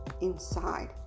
inside